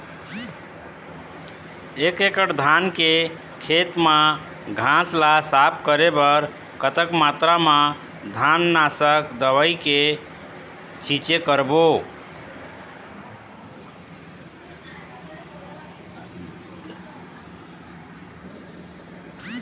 एक एकड़ धान के खेत मा घास ला साफ करे बर कतक मात्रा मा घास नासक दवई के छींचे करबो?